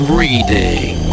reading